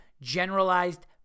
generalized